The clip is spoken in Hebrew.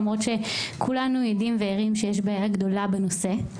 למרות שכולנו יודעים וערים לכך שיש בעיה גדולה בנושא.